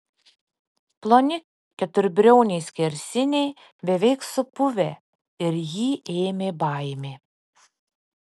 ploni keturbriauniai skersiniai beveik supuvę ir jį ėmė baimė